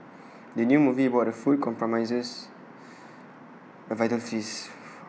the new movie about food promises A visual feast